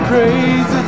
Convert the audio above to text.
Crazy